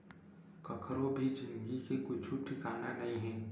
कखरो भी जिनगी के कुछु ठिकाना नइ हे